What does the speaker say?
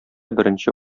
беренче